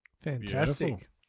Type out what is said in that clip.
Fantastic